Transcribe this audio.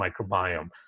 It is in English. microbiome